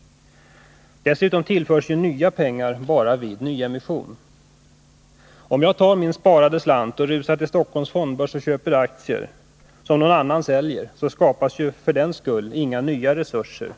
Dessutom tillförs ju nya pengar bara vid nyemission. Om jag tar min sparade slant och rusar till Stockholms fondbörs och köper aktier som någon annan säljer, tillförs industrin därmed inga nya resurser.